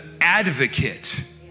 advocate